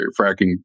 fracking